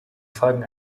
folgen